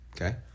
Okay